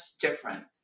different